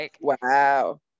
Wow